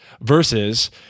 versus